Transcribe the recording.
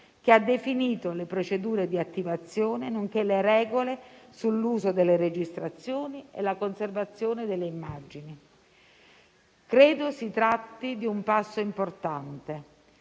che ha definito le procedure di attivazione nonché le regole sull'uso delle registrazioni e la conservazione delle immagini. Credo si tratti di un passo importante,